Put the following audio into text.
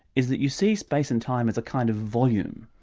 is that you see space and time as a kind of volume.